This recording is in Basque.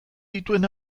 dituen